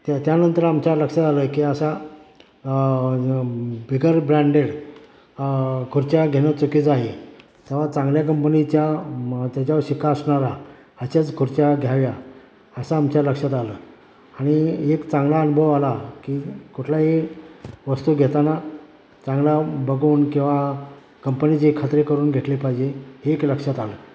त्या त्यानंतर आमच्या लक्षात आलं की असा बिगर ब्रँडेड खुर्च्या घेणं चुकीचं आहे तेव्हा चांगल्या कंपनीच्या म त्याच्यावर शिक्का असणारा ह्याच्याच खुर्च्या घ्याव्या असं आमच्या लक्षात आलं आणि एक चांगला अनुभव आला की कुठलाही वस्तू घेताना चांगला बघून किंवा कंपनीची खात्री करून घेतली पाहिजे ही एक लक्षात आलं